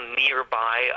nearby